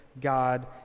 God